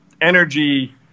energy